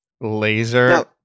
laser